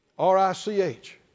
R-I-C-H